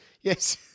Yes